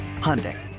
Hyundai